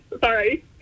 Sorry